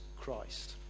Christ